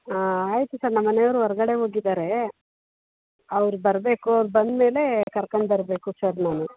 ಆಂ ಆಯಿತು ಸರ್ ನಮ್ಮ ಮನೆಯವ್ರು ಹೊರ್ಗಡೆ ಹೋಗಿದಾರೆ ಅವ್ರು ಬರಬೇಕು ಅವ್ರು ಬಂದ ಮೇಲೆ ಕರ್ಕಂಡು ಬರಬೇಕು ಸರ್ ನಾನು